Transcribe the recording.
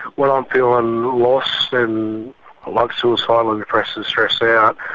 when i'm feeling lost and um like suicidal and depressed and stressed out,